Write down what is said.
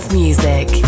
music